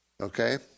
Okay